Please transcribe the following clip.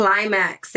Climax